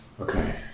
Okay